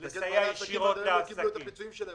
לסייע ישירות לעסקים.